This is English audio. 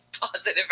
positive